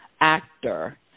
actor